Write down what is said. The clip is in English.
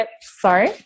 Sorry